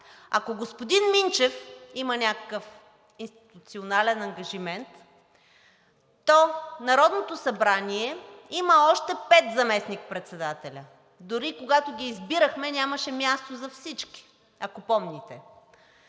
Ако господин Минчев има някакъв институционален ангажимент, то Народното събрание има още пет заместник-председатели. Дори когато ги избирахме, нямаше място за всички, ако помните.